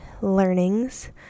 learnings